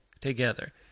together